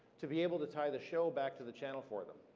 to be able to tie the show back to the channel for them.